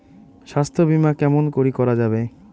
স্বাস্থ্য বিমা কেমন করি করা যাবে?